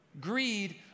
greed